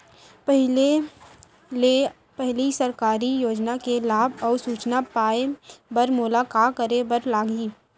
पहिले ले पहिली सरकारी योजना के लाभ अऊ सूचना पाए बर मोला का करे बर लागही?